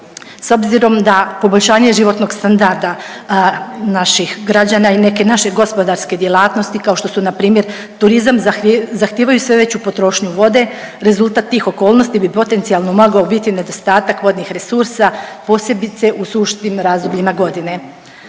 s obzirom da poboljšanje životnog standarda naših građana i neke naše gospodarske djelatnosti kao što su npr. turizam zahtijevaju sve veću potrošnju vode, rezultat tih okolnosti bi potencijalno mogao biti nedostatak vodnih resursa, posebice u sušnim razdobljima godine.